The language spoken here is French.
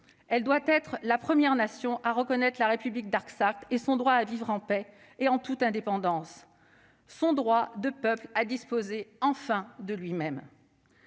Elle doit être la première nation à reconnaître la République d'Artsakh, son droit à vivre en paix et en toute indépendance, son droit de peuple à disposer enfin de lui-même.